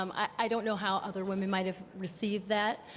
um i don't know how other women might have received that,